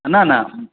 न न